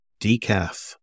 decaf